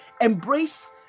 embrace